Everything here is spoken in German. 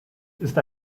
ist